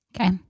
okay